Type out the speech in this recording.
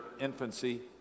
infancy